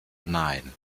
nein